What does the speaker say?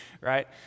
right